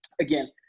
again